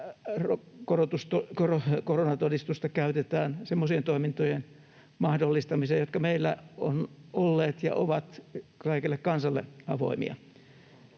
koronatodistusta käytetään semmoisien toimintojen mahdollistamiseen, jotka meillä ovat olleet ja ovat kaikelle kansalle avoimia,